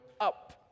up